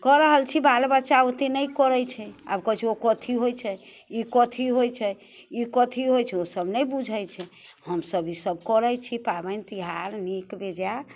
कऽ रहल छी बाल बच्चा ओते नहि करै छै आब कहै छै ओ कथी होइ छै ई कथी होइ छै ई कथी होइ छै ओ सब नहि बुझै छै हमसब ई सब करै छी पाबनि तिहार नीक बेजाय